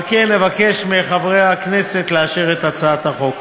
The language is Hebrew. על כן, אבקש מחברי הכנסת לאשר את הצעת החוק.